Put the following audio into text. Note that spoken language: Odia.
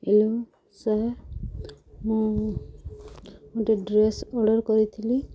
ହ୍ୟାଲୋ ସାର୍ ମୁଁ ଗୋଟେ ଡ୍ରେସ୍ ଅର୍ଡ଼ର କରିଥିଲି